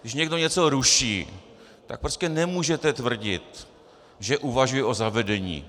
Když někdo něco ruší, tak prostě nemůžete tvrdit, že uvažuje o zavedení.